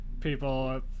people